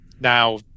Now